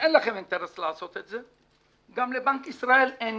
אין לכם אינטרס לעשות את זה, גם לבנק ישראל אין